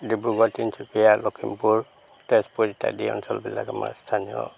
ডিব্ৰুগড় তিনিচুকীয়া লখিমপুৰ তেজপুৰ ইত্যাদি অঞ্চলবিলাক আমাৰ স্থানীয়